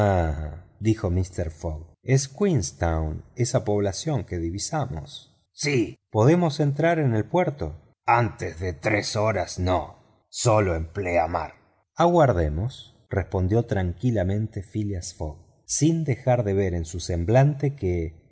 dijo mister fogg es queenstown esa población que divisamos sí podemos entrar en el puerto antes de tres horas no sólo en pleamar aguardemos respondió tranquilamente phileas fogg sin dejar de ver en su semblante que